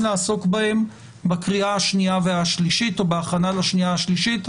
לעסוק בהם בקריאה השנייה והשלישית או בהכנה לשנייה והשלישית.